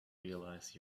realize